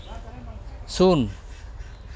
ᱥᱩᱱ